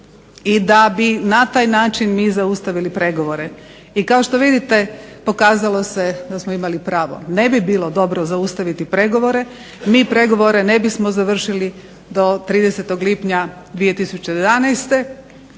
i da bi na taj način mi zaustavili pregovore i kao što vidite pokazalo se da smo imali pravo. Ne bi bilo dobro zaustaviti pregovore, mi pregovore ne bismo završili do 30. lipnja 2011.